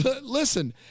listen